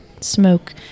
smoke